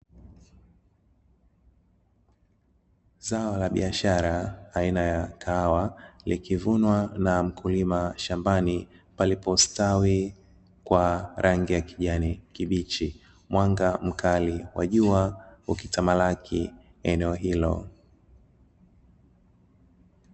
Zao la biashara aina ya kahawa, likivunwa na mkulima shambani, palipostawi kwa rangi ya kijani kibichi, mwanga mkali wa jua ukitamalaki eneo hilo.